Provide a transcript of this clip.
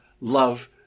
love